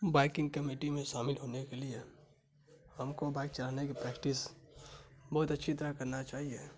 biking committee میں شامل ہونے کے لیے ہم کو بائک چلانے کی پریکٹس بہت اچھی طرح کرنا چاہیے